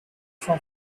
from